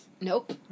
Nope